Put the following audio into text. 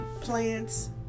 plants